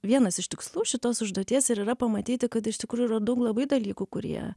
vienas iš tikslų šitos užduoties ir yra pamatyti kad iš tikrųjų yra daug labai dalykų kurie